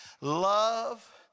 love